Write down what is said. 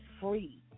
free